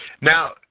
Now